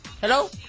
Hello